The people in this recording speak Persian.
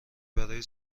برای